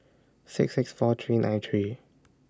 six six four three nine three